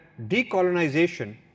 decolonization